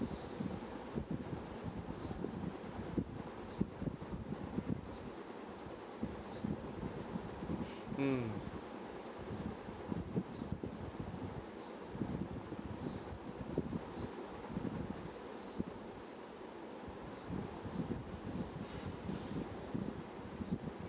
mm